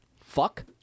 fuck